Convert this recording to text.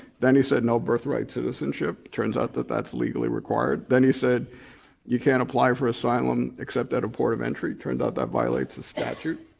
then he said no birthright citizenship. turns out that that's legally required. then he said you can't apply for asylum except at a port of entry. turned out that violates a statute.